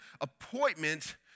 appointment